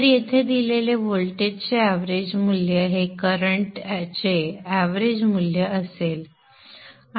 तर येथे दिलेले व्होल्टेजचे एव्हरेज मूल्य हे करंटचे एव्हरेज मूल्य असेल